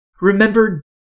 Remember